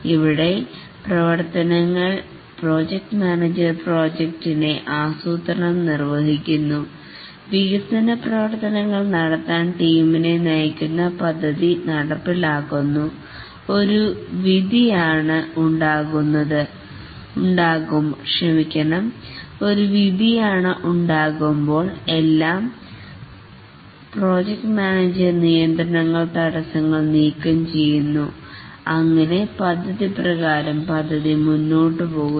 ഇവിടത്തെ പ്രവർത്തനങ്ങൾ project manager പ്രോജക്റ്റിനെ ആസൂത്രണം നിർവഹിക്കുന്നു വികസന പ്രവർത്തനങ്ങൾ നടത്താൻ ടീമിനെ നയിക്കുന്ന പദ്ധതി നടപ്പിലാക്കുന്നു പ്രോജക്റ്റ് മാനേജർ നിയന്ത്രണങ്ങൾ തടസ്സങ്ങൾ നീക്കംചെയ്യുന്നു അങ്ങനെ പദ്ധതിപ്രകാരം പദ്ധതി മുന്നോട്ടു പോകുന്നു